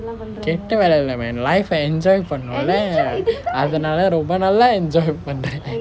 கெட்ட வேலை இல்லை:ketta velai illa man life enjoy பண்ணனும் இல்லை அதனால ரொம்ப நல்ல:pannanum illai athanaala romba nalla enjoy பண்றேன்:pandren